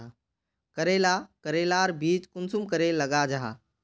करेला करेलार बीज कुंसम करे लगा जाहा?